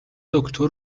دکتر